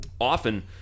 often